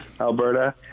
Alberta